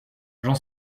j’en